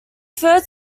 third